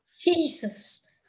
Jesus